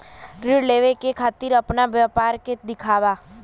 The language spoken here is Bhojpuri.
ऋण लेवे के खातिर अपना व्यापार के दिखावा?